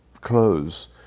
clothes